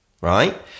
Right